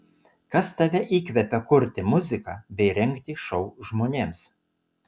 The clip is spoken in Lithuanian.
kas tave įkvepia kurti muziką bei rengti šou žmonėms